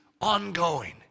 ongoing